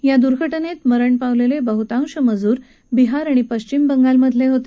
या दुर्घटनेत मरण पावलेले बहुतांश मंजूर बिहार आणि पक्षिम बंगालमधले होते